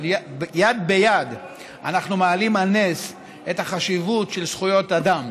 אבל יד ביד אנחנו מעלים על נס את החשיבות של זכויות אדם.